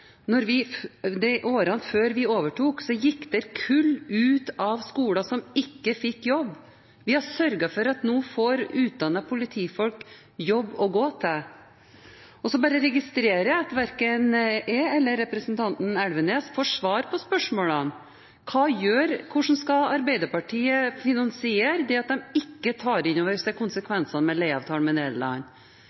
I årene før vi overtok, gikk det kull ut av skolen som ikke fikk jobb. Vi har sørget for at utdannede politifolk nå får jobb å gå til. Så registrerer jeg at verken jeg eller representanten Elvenes får svar på spørsmålene om hvordan Arbeiderpartiet skal finansiere det at de ikke tar inn over seg konsekvensene av leieavtalen med Nederland.